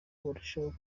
barusheho